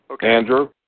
Andrew